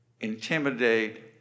intimidate